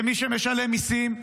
במי שמשלם מיסים.